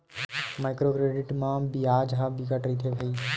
micro credit म बियाज ह बिकट रहिथे भई